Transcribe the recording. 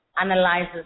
analyzes